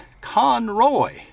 Conroy